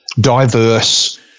diverse